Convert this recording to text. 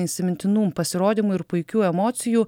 įsimintinų pasirodymų ir puikių emocijų